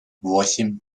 восемь